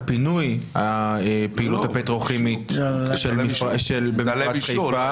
פינוי הפעילות הפטרוכימית של מפרץ חיפה.